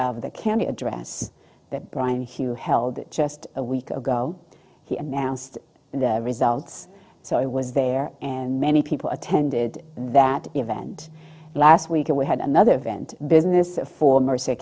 of the can address that brian hugh held just a week ago he announced the results so i was there and many people attended that event last week and we had another event business for merc